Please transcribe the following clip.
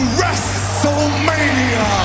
Wrestlemania